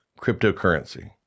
cryptocurrency